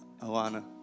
Alana